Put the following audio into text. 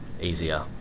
easier